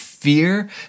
fear